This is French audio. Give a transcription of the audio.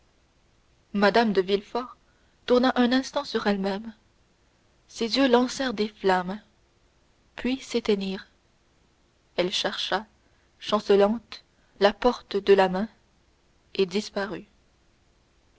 mme de villefort tourna un instant sur elle-même ses yeux lancèrent des flammes puis s'éteignirent elle chercha chancelante la porte de la main et disparut